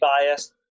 biased